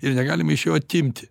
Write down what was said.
ir negalim iš jo atimti